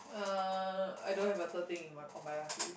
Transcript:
uh I don't have a third thing in my on my